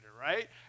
right